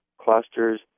clusters